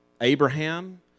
Abraham